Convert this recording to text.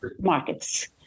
markets